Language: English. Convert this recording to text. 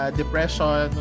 depression